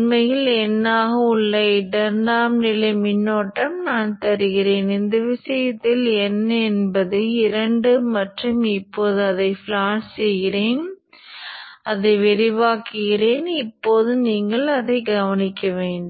நேர மாறிலி உள்ளது மற்றும் ஐந்து மடங்கு நேர மாறிலியானது கிடைக்கும் நேரமான T ல் கோர் ஃப்ளக்ஸை மீட்டமைக்க வேண்டும்